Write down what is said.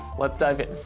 let's dive in.